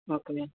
okay